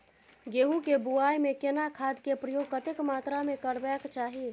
गेहूं के बुआई में केना खाद के प्रयोग कतेक मात्रा में करबैक चाही?